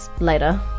later